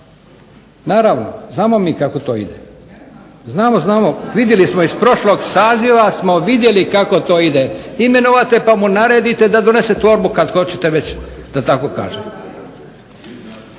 sam. Znamo mi kako to ide. Znamo, znamo vidjeli smo iz prošlog saziva kako to ide. Imenujete pa mu naredite da donese torbu kada hoćete već da tako kažem.